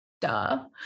duh